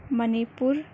منی پور